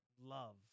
Love